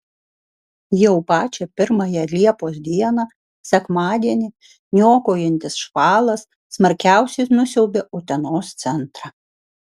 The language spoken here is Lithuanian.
jau pačią pirmąją liepos dieną sekmadienį niokojantis škvalas smarkiausiai nusiaubė utenos centrą